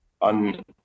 on